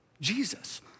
Jesus